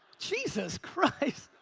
jesus christ.